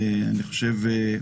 ואני חושב,